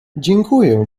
dziękuję